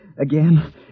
Again